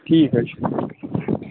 ٹھیٖک حظ چھُ